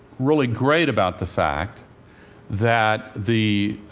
really great about the fact that the